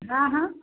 હા હા